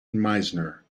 meisner